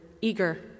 eager